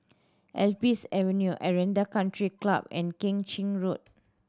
Alps Avenue Aranda Country Club and Keng Chin Road